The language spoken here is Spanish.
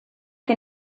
que